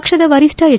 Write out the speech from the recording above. ಪಕ್ಷದ ವರಿಷ್ಠ ಎಚ್